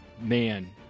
Man